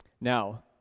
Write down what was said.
Now